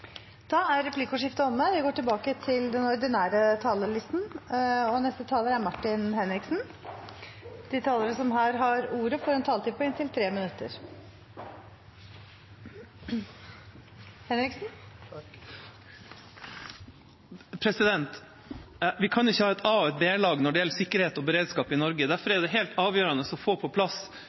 Replikkordskiftet er omme. De talere som heretter får ordet, har en taletid på inntil 3 minutter. Vi kan ikke ha et a- og et b-lag når det gjelder sikkerhet og beredskap i Norge. Derfor er det helt avgjørende å få på plass